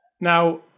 Now